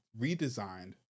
redesigned